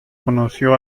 conoció